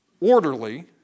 orderly